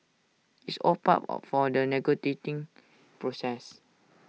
it's all part of for the process